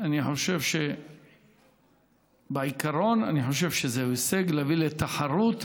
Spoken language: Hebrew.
אני חושב שבעיקרון זהו הישג להביא לתחרות.